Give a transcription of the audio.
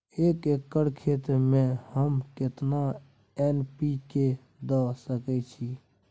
एक एकर खेत में हम केतना एन.पी.के द सकेत छी?